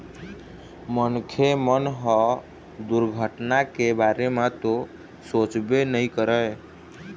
मनखे मन ह दुरघटना के बारे म तो सोचबे नइ करय